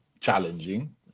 challenging